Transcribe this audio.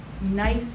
nice